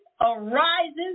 arises